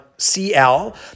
CL